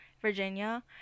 Virginia